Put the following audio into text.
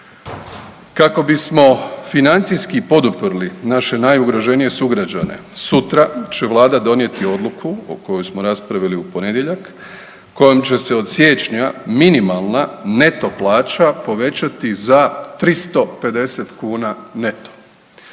Kako bismo financijski poduprli naše najugroženije sugrađane sutra će Vlada donijeti odluku koju smo raspravili u ponedjeljak kojom će se od siječnja minimalna neto plaća povećati za 350 kuna neto.